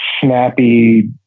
snappy